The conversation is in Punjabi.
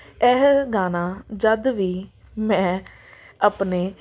ਇਹ ਗਾਣਾ ਜਦੋਂ ਵੀ ਮੈਂ ਆਪਣੇ